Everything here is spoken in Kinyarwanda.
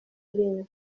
irindwi